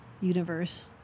universe